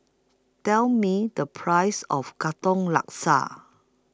Tell Me The Price of Katong Laksa